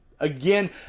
Again